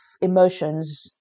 emotions